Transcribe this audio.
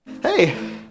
Hey